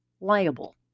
liable